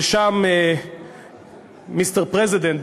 ששם Mr. President,